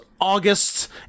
August